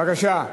בבקשה.